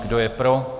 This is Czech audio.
Kdo je pro?